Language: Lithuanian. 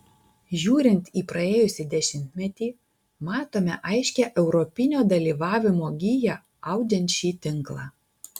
žiūrint į praėjusį dešimtmetį matome aiškią europinio dalyvavimo giją audžiant šį tinklą